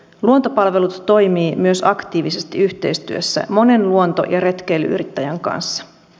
luontopalvelut toimii myös aktiivisesti yhteistyössä monen luonto ja retkeily yrittäjän kanssa